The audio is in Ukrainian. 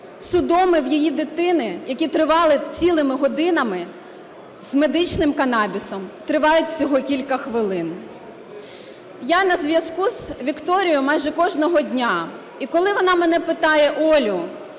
судоми в її дитини, які тривали цілими годинами, з медичним канабісом тривають всього кілька хвилин. Я на зв'язку з Вікторією майже кожного дня. І коли вона мене питає: "Олю,